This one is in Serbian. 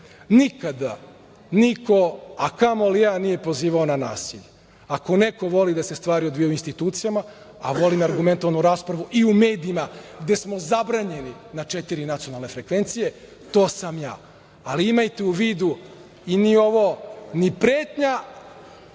Nikada niko, a kamoli ja nije pozivao na nasilje. Ako neko voli da se stvari odvijaju u institucijama, a volim argumentovanu raspravu i u medijima, gde smo zabranjeni na četiri nacionalne frekvencije, to sam ja. Imajte u vidu, nije ovo ni pretnja,